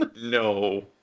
No